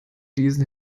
diesen